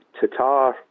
Tatar